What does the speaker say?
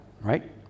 right